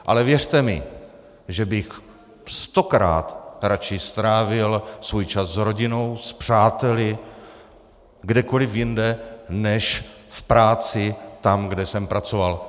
Ale věřte mi, že bych stokrát raději strávil svůj čas s rodinou, s přáteli, kdekoliv jinde než v práci tam, kde jsem pracoval.